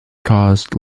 caused